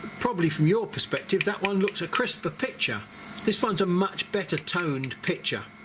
probably from your perspective that one looks a crisper picture this finds a much better toned picture